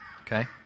Okay